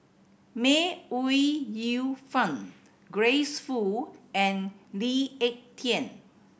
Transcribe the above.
May Ooi Yu Fen Grace Fu and Lee Ek Tieng